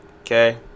Okay